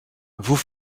vous